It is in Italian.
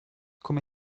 come